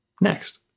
next